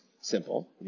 simple